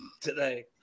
today